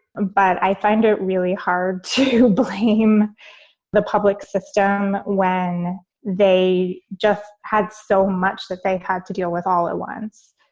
but i find it really hard to blame the public system when they just had so much that they had to deal with all at once.